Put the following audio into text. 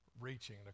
reaching